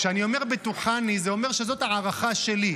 כשאני אומר בטוחני, זה אומר שזאת הערכה שלי.